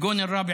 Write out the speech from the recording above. (אומר דברים